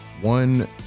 one